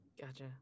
gotcha